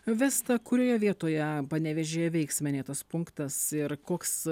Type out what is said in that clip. vesta kurioje vietoje panevėžyje veiks minėtas punktas ir koks